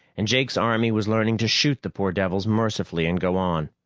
and jake's army was learning to shoot the poor devils mercifully and go on.